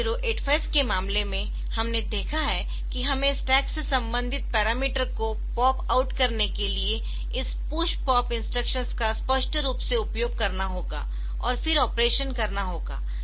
8085 के मामले में हमने देखा है कि हमें स्टैक से संबंधित पैरामीटर को पॉप आउट करने के लिए इस पुश पॉप इंस्ट्रक्शंस का स्पष्ट रूप से उपयोग करना होगा और फिर ऑपरेशन करना होगा